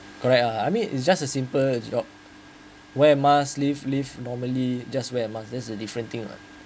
correct uh I mean it's just a simple job wear mask leave leave normally just wear a mask this is a different thing lah